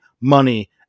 money